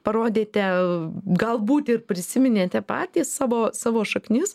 parodėte galbūt ir prisiminėte patys savo savo šaknis